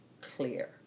clear